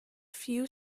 few